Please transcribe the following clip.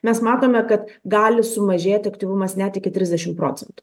mes matome kad gali sumažėti aktyvumas net iki trisdešim procentų